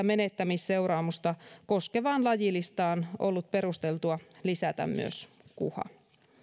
menettämisseuraamusta koskevaan lajilistaan ollut perusteltua lisätä myös kuha